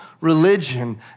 religion